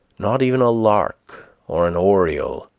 not even a lark or an oriole,